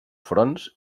fronts